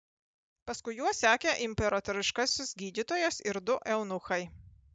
paskui juos sekė imperatoriškasis gydytojas ir du eunuchai